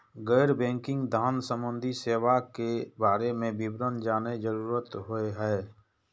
गैर बैंकिंग धान सम्बन्धी सेवा के बारे में विवरण जानय के जरुरत होय हय?